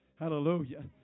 Hallelujah